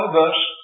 verse